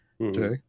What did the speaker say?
Okay